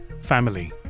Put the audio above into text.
family